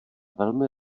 velmi